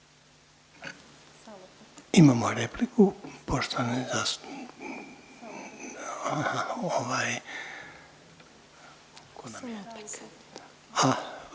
Imamo repliku, poštovani zastupnik